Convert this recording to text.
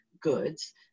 goods